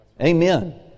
Amen